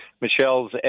Michelle's